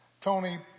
Tony